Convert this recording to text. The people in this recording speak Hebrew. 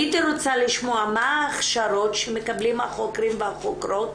הייתי רוצה לשמוע מה ההכשרות שמקבלים החוקרים והחוקרות